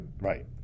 Right